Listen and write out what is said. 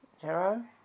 zero